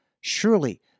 Surely